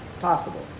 possible